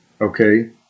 okay